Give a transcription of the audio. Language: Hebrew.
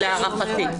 גם להערכתי.